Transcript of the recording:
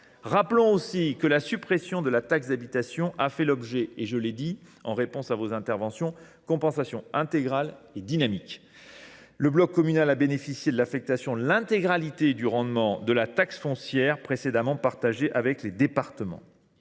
Rappelons aussi que la suppression de la taxe d’habitation a fait l’objet d’une compensation intégrale et dynamique. Le bloc communal a bénéficié de l’affectation de l’intégralité du rendement de la taxe foncière, précédemment partagé avec les départements.